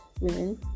women